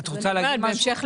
את רוצה להגיד משהו?